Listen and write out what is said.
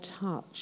touch